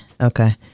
okay